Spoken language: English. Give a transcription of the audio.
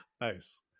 nice